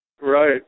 Right